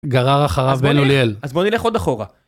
גרר אחריו בן אוליאל אז בוא נלך עוד אחורה.